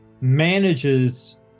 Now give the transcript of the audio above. manages